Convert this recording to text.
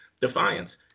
defiance